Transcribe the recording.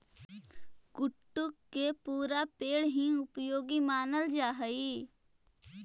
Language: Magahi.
कुट्टू के पुरा पेड़ हीं उपयोगी मानल जा हई